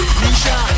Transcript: nisha